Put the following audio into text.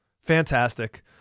Fantastic